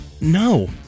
No